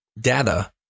data